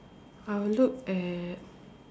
I will look at